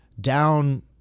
down